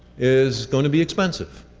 is going to be expensive.